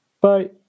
Bye